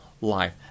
life